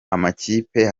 amakipe